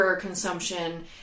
consumption